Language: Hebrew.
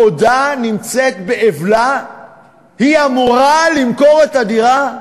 בעודה נמצאת באבלה היא אמורה למכור את הדירה?